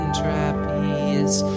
trapeze